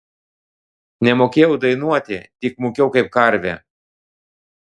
nemokėjau dainuoti tik mūkiau kaip karvė